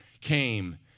came